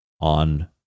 on